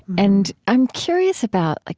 and i'm curious about, like,